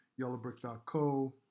yellowbrick.co